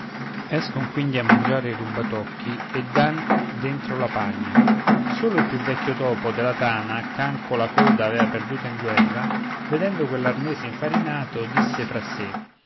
escon quindi a mangiare i rubatocchi e dàn dentro la pania solo il più vecchio topo della tana ch'anco la coda avea perduta in guerra vedendo quell'arnese infarinato disse fra sé